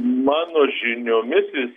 mano žiniomis jis